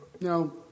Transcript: Now